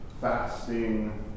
fasting